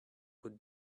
would